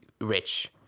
rich